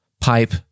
pipe